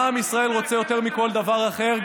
מה עם ישראל רוצה יותר מכל דבר אחר,